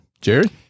Jerry